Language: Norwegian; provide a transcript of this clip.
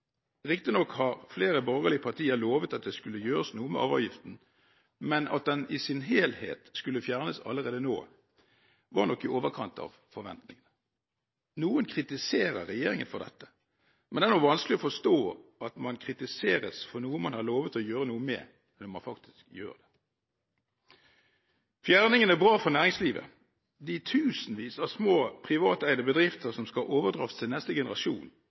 Riktignok har flere borgerlige partier lovet at det skulle gjøres noe med arveavgiften, men at den i sin helhet skulle fjernes allerede nå, var nok i overkant av forventningene. Noen kritiserer regjeringen for dette, men det er nå vanskelig å forstå at man kritiseres for noe man har lovet å gjøre noe med, når man faktisk gjør det. Fjerningen er bra for næringslivet. De tusenvis av små privateide bedrifter som skal overdras til neste generasjon,